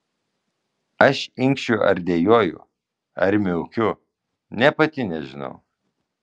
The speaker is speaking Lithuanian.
aš inkščiu ar dejuoju ar miaukiu nė pati nežinau